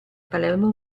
palermo